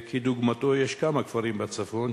וכדוגמתו יש כמה כפרים בצפון,